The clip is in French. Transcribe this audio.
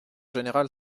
général